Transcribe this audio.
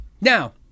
now